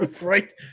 right